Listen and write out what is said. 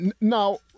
Now